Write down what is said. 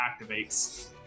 activates